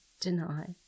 deny